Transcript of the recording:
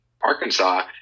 Arkansas